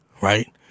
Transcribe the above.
right